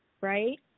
right